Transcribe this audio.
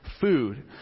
food